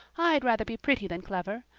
i'd rather be pretty than clever.